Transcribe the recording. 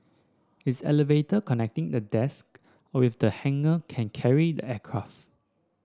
its elevator connecting the desk with the hangar can carry the aircraft